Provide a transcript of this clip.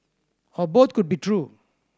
or both could be true